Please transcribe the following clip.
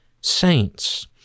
saints